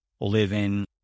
live-in